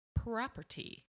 property